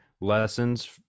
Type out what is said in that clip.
lessons